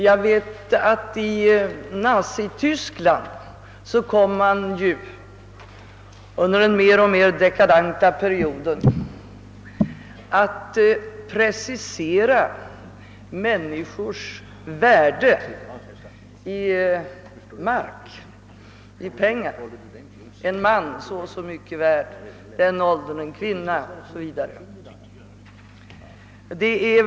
Jag vet att man i Nazityskland under den mer och mer dekadenta perioden preciserade människors värde i tyska mark, alltså i pengar. En man var värd så och så mycket i en viss ålder, en kvinna så och så mycket o.s.v.